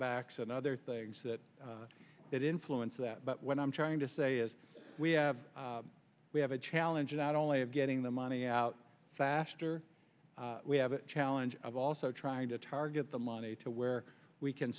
cutbacks and other things that that influence that but what i'm trying to say is we have we have a challenge not only of getting the money out faster we have a challenge of also trying to target the money to where we can